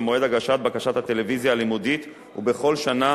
במועד הגשת בקשת הטלוויזיה הלימודית ובכל שנה